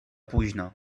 późno